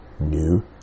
New